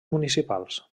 municipals